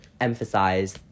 emphasize